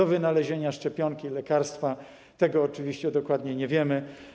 Do wynalezienia szczepionki, lekarstwa, tego oczywiście dokładnie nie wiemy.